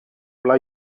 pla